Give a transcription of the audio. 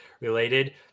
related